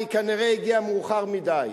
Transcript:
והיא כנראה הגיעה מאוחר מדי.